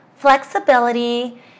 flexibility